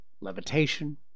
levitation